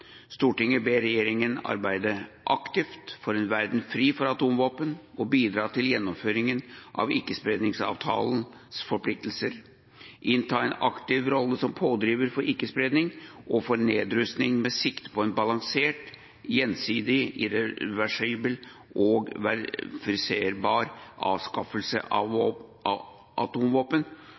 ber regjeringen arbeide aktivt for en verden fri for atomvåpen og bidra til gjennomføringen av Ikkespredningsavtalens forpliktelser, innta en aktiv rolle som pådriver for ikke-spredning og for nedrustning med sikte på en balansert, gjensidig, irreversibel og verifiserbar avskaffelse av